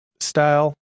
Style